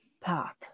path